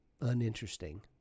uninteresting